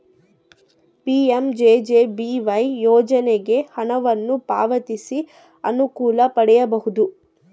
PMJJBY ಯೋಜನೆಗೆ ಹಣವನ್ನು ಪಾವತಿಸಿ ಅನುಕೂಲ ಪಡೆಯಬಹುದು